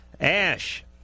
Ash